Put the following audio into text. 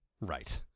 Right